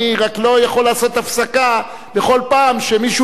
אני רק לא יכול לעשות הפסקה בכל פעם שמישהו